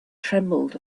trembled